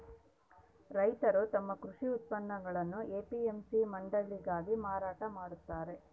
ರೈತರು ತಮ್ಮ ಕೃಷಿ ಉತ್ಪನ್ನಗುಳ್ನ ಎ.ಪಿ.ಎಂ.ಸಿ ಮಂಡಿಗಳಾಗ ಮಾರಾಟ ಮಾಡ್ತಾರ